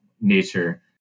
nature